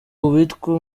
uwitwa